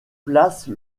place